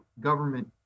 government